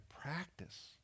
practice